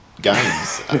games